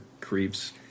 Creeps